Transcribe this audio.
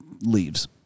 leaves